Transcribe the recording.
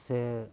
ᱥᱮ